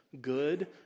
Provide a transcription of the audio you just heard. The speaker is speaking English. good